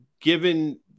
given